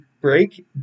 break